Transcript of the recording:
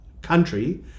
country